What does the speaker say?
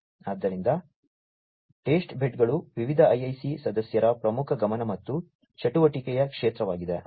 ಆದ್ದರಿಂದ ಟೆಸ್ಟ್ಬೆಡ್ಗಳು ವಿವಿಧ IIC ಸದಸ್ಯರ ಪ್ರಮುಖ ಗಮನ ಮತ್ತು ಚಟುವಟಿಕೆಯ ಕ್ಷೇತ್ರವಾಗಿದೆ